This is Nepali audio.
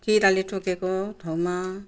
किराले टोकेको ठाउँमा